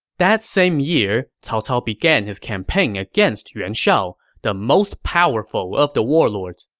that same year, cao cao began his campaign against yuan shao, the most powerful of the warlords,